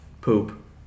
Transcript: poop